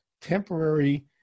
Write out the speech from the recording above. temporary